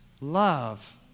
Love